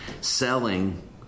selling